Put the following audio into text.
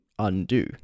undo